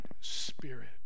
spirit